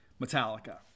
Metallica